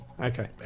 Okay